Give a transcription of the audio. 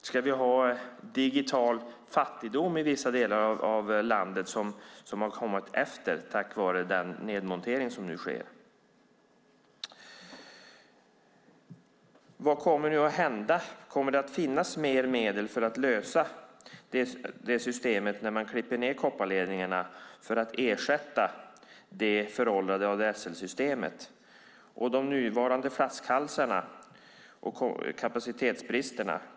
Ska vi ha digital fattigdom i vissa delar av landet som kommit efter på grund av den nedmontering som nu sker? Vad kommer nu att hända? Kommer det att finnas mer medel för att lösa problemen när man klipper ned kopparledningarna för att ersätta det föråldrade ADSL-systemet? Det gäller också de nuvarande flaskhalsarna och kapacitetsbristerna.